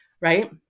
right